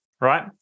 right